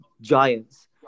giants